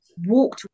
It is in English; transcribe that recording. walk